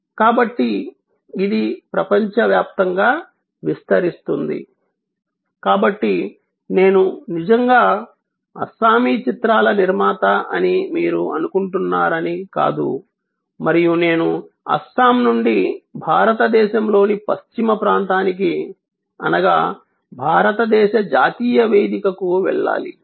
కాబట్టి ఇది ప్రపంచవ్యాప్తంగా విస్తరిస్తుంది కాబట్టి నేను నిజంగా అస్సామీ చిత్రాల నిర్మాత అని మీరు అనుకుంటున్నారని కాదు మరియు నేను అస్సాం నుండి భారతదేశంలోని పశ్చిమ ప్రాంతానికి అనగా భారతదేశ జాతీయ వేదికకు వెళ్ళాలి